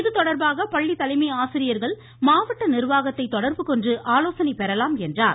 இதுதொடர்பாக பள்ளி தலைமையாசிரியர்கள் மாவட்ட நிர்வாகத்தை தொடர்பு கொண்டு ஆலோனை பெறலாம் என்றார்